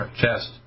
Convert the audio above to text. chest